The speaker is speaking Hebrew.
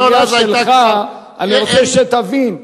העלייה שלך, אני רוצה שתבין.